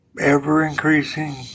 ever-increasing